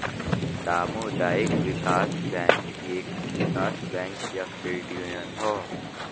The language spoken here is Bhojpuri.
सामुदायिक विकास बैंक एक विकास बैंक या क्रेडिट यूनियन हौ